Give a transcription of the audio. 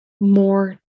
more